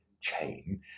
chain